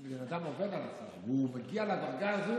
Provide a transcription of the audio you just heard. אם בן אדם עובד על עצמו והוא מגיע לדרגה הזאת,